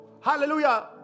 hallelujah